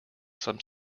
some